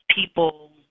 people